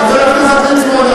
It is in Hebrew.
חבר הכנסת ליצמן,